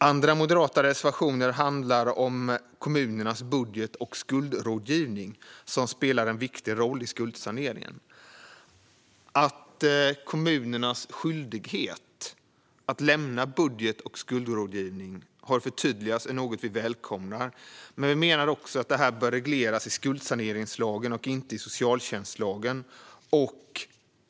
En annan moderat reservation handlar om kommunernas budget och skuldrådgivning, som spelar en viktig roll i skuldsaneringen. Att kommunernas skyldighet att lämna budget och skuldrådgivning har förtydligats är något vi välkomnar, men vi menar att detta bör regleras i skuldsaneringslagen och inte i socialtjänstlagen.